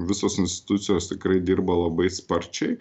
visos institucijos tikrai dirba labai sparčiai